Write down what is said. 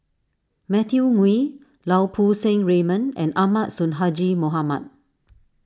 Matthew Ngui Lau Poo Seng Raymond and Ahmad Sonhadji Mohamad